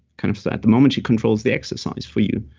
kind of so at the moment she controls the exercise for you.